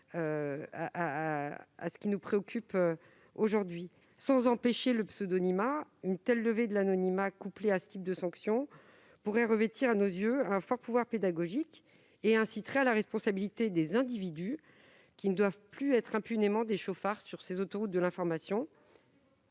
à ce qui nous préoccupe aujourd'hui. Sans empêcher le pseudonymat, une telle levée de l'anonymat, couplée à ce type de sanctions, pourrait avoir selon nous un fort pouvoir pédagogique : elle permettrait de responsabiliser les individus, qui ne doivent plus impunément se comporter comme des chauffards sur ces autoroutes de l'information.